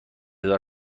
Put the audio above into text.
دار